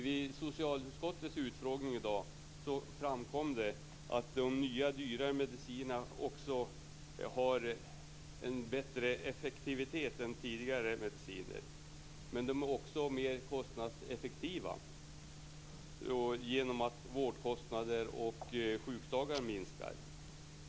Vid socialutskottets utfrågning i dag framkom att de nya dyrare medicinerna också har en bättre effekt än tidigare mediciner, men de är också mer kostnadseffektiva genom att vårdkostnader och sjukdagar minskar.